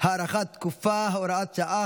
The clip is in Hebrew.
חינוך מיוחד (הוראת שעה,